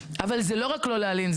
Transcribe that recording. אבל זה לא רק לא להלין.